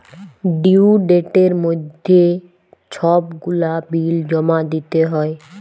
due ডেটের মইধ্যে ছব গুলা বিল জমা দিতে হ্যয়